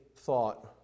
thought